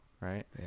right